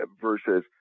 versus